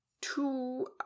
two